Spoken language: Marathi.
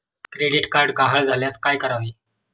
क्रेडिट कार्ड गहाळ झाल्यास काय करावे?